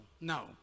no